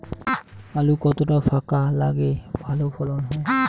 আলু কতটা ফাঁকা লাগে ভালো ফলন হয়?